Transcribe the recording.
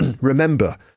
Remember